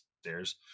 stairs